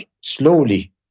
slowly